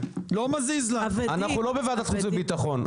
אנחנו לא בוועדת חוץ וביטחון.